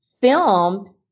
film